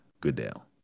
Goodell